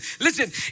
listen